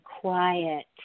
quiet